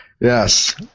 Yes